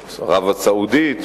ערב-הסעודית,